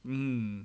mm